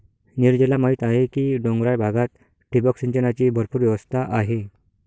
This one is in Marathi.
नीरजला माहीत आहे की डोंगराळ भागात ठिबक सिंचनाची भरपूर व्यवस्था आहे